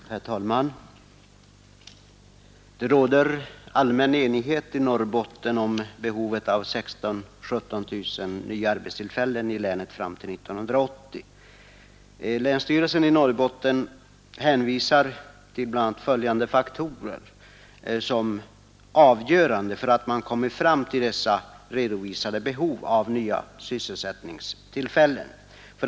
Herr talman! Det råder allmän enighet i Norrbotten om behovet av 16 000—17 000 nya arbetstillfällen i länet fram till 1980. Länsstyrelsen i Norrbotten hänvisar till bl.a. följande faktorer som avgörande för att man kommit fram till dessa redovisade behov av nya sysselsättningstillfällen.